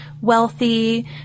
wealthy